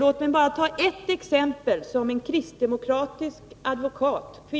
Låt mig bara ta ett exempel, som en kvinnlig kristdemokratisk advokat —